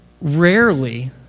Rarely